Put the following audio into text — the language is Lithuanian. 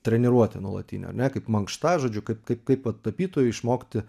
treniruotė nuolatinė ar ne kaip mankšta žodžiu kaip kaip va tapytojui išmokti